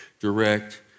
direct